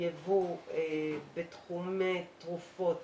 יבוא בתחום התרופות,